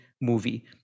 movie